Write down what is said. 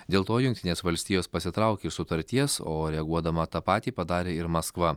dėl to jungtinės valstijos pasitraukė iš sutarties o reaguodama tą patį padarė ir maskva